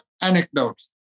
anecdotes